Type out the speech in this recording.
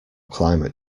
climate